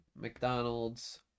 McDonald's